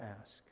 ask